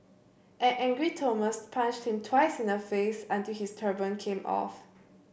an angry Thomas punched him twice in the face until his turban came off